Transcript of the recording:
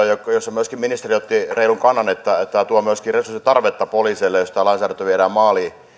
ja myöskin ministeri otti siihen reilun kannan että tämä tuo myöskin resurssien tarvetta poliiseille jos tämä lainsäädäntö viedään maaliin